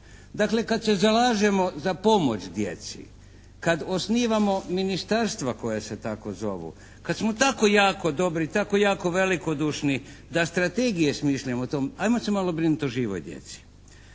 Dakle kad se zalažemo za pomoć djeci, kad osnivamo ministarstva koja se tako zovu, kad smo tako jako dobri i tako jako velikodušni da strategije smišljamo o tom, ajmo se malo brinuti o živoj djeci.